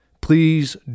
Please